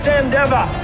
endeavor